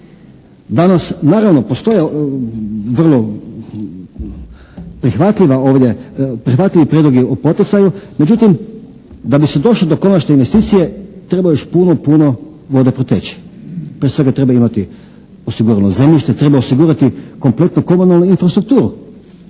Danas naravno postoje vrlo prihvatljivi prijedlozi o poticaju, međutim da bi se došlo do konačne investicije treba još puno vode proteći. Prije svega, treba imati osigurano zemljište, treba osigurati kompletnu komunalnu infrastrukturu